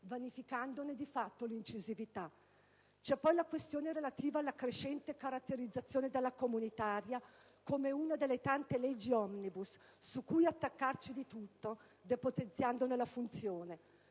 vanifica di fatto l'incisività. C'è poi la questione relativa alla crescente caratterizzazione della comunitaria come una delle tante leggi *omnibus* su cui attaccare di tutto ciò che ne depotenzia la funzione.